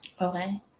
Okay